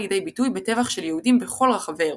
לידי ביטוי בטבח של יהודים בכל רחבי אירופה,